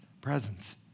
presence